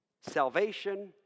salvation